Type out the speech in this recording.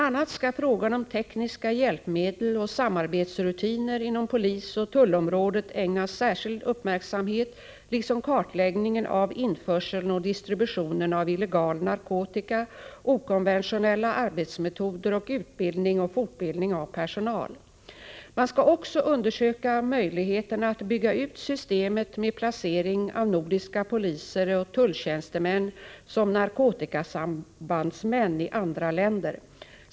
a. skall frågan om tekniska hjälpmedel och samarbetsrutiner inom polisoch tullområdet ägnas särskild uppmärksamhet liksom kartläggningen av införseln och distributionen av illegal narkotika, okonventionella arbetsmetoder samt utbildning och fortbildning av personal. Man skall också undersöka möjligheterna att bygga ut systemet med placering av nordiska poliser och tulltjänstemän som narkotikasambandsmän i andra länder.